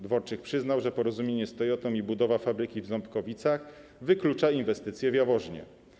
Dworczyk przyznał, że porozumienie z Toytotą i budowa fabryki w Ząbkowicach wyklucza inwestycję w Jaworznie.